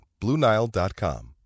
BlueNile.com